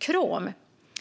Krom